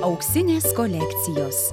auksinės kolekcijos